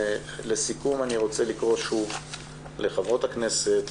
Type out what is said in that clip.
לסיכום אני רוצה לקרוא שוב לחברות הכנסת,